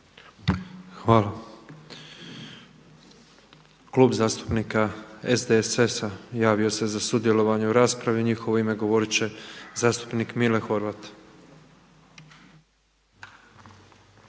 Hvala. Klub zastupnika SDSS-a javio se za sudjelovanje u raspravi i u njihovo ime govorit će zastupnik Mile Horvat.